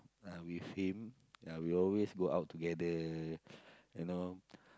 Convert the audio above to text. uh with him ya we always go out together you know